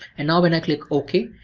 and now when i click okay,